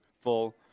full